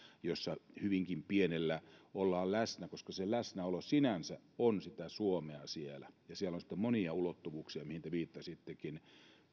jossa hyvinkin pienellä ollaan läsnä se läsnäolo sinänsä on sitä suomea siellä siellä on sitten monia ulottuvuuksia mihin te viittasittekin